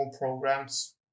programs